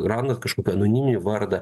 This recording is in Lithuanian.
randat kažkokį anoniminį vardą